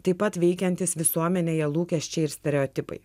taip pat veikiantys visuomenėje lūkesčiai ir stereotipai